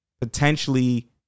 potentially